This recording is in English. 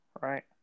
right